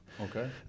Okay